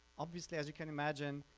obviously as you can imagine,